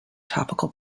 topical